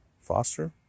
foster